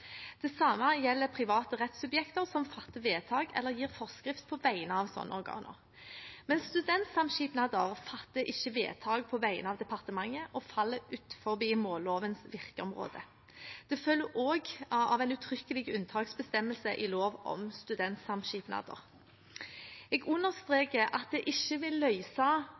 Det samme gjelder private rettssubjekter som fatter vedtak eller gir forskrifter på vegne av slike organer. Men studentsamskipnader fatter ikke vedtak på vegne av departementet og faller utenfor mållovens virkeområde. Det følger også av en uttrykkelig unntaksbestemmelse i lov om studentsamskipnader. Jeg understreker at det ikke vil